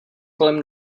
kolem